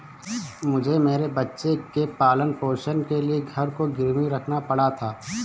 मुझे मेरे बच्चे के पालन पोषण के लिए घर को गिरवी रखना पड़ा था